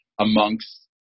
amongst